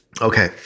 Okay